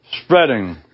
Spreading